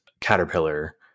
caterpillar